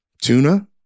Tuna